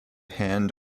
hand